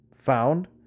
found